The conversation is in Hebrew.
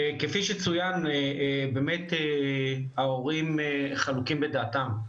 כפי שצוין, ההורים באמת חלוקים בדעתם.